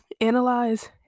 analyze